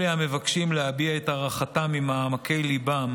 אלה המבקשים להביע את הערכתם ממעמקי ליבם